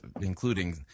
including